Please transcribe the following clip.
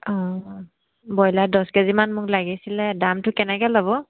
অঁ ব্ৰইলাৰ দহ কেজিমান মোক লাগিছিলে দামটো কেনেকৈ ল'ব